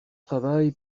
travail